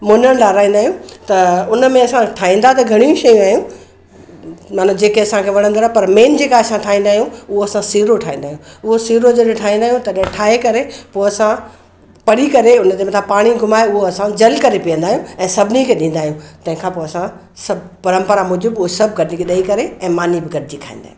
मुनणु लार्हाईंदा आहियूं त हुनमें असां ठाहींदा त घणी शयूं आहियूं माना जेके असांखे वड़ंदड़ पर मेन जेका असां ठाहींदा आहियूं उहो असां सीरो ठाहींदा आहियूं उहो सीरो जॾहिं ठाहींदा आहियूं तॾहिं ठाहे करे पोइ असां पढ़ी करे हुनखे मथा पाणी घुमाए उहो असां जल करे पीअंदा आहियूं ऐं सभिनी खे ॾींदा आहियूं तंहिंखां पोइ असां सभु परंपरा मुजिब उहो सभु कढी ॾेई करे ऐं मानी बि गॾिजी खाईंदा आहियूं